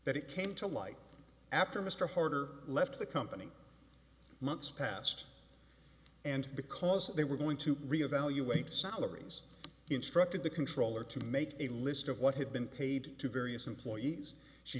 that it came to light after mr harder left the company months past and because they were going to re evaluate salaries instructed the controller to make a list of what had been paid to various employees she